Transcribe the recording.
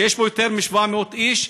שיש בו יותר מ-700 איש.